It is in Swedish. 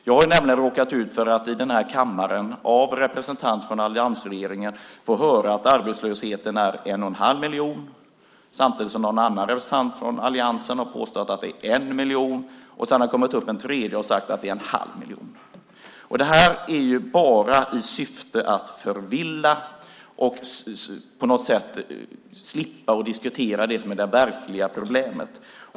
Jag har råkat ut för att i denna kammare av representanter för alliansregeringen få höra att arbetslösheten omfattar en och en halv miljon människor samtidigt som en annan representant för alliansen har påstått att det är en miljon. En tredje har sedan sagt att det är en halv miljon - detta bara i syfte att förvilla och på något sätt slippa diskutera det som är det verkliga problemet.